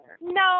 No